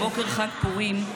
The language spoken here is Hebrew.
בבוקר חג פורים,